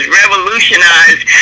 revolutionized